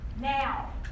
now